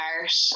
art